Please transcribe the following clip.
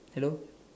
hello